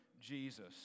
jesus